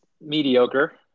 mediocre